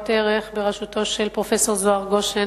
ערך בראשותו של פרופסור זוהר גושן,